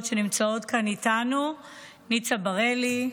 שנמצאות כאן איתנו: ניצה שמואלי,